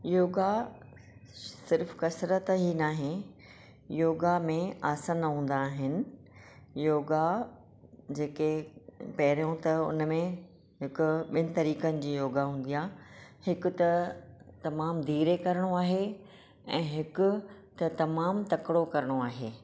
योगा सिर्फ़ु कसरत ई ना आहे योगा में आसन हूंदा आहिनि योगा जेके पहिरियों त हुन में हिकु ॿिनि तरीक़नि जी योगा हूंदी आहे हिक त तमामु धीरे करिणो आहे ऐं हिकु त तमामु तकिड़ो करिणो आहे